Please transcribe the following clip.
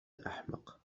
أحمق